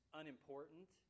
unimportant